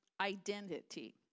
identity